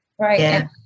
Right